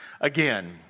again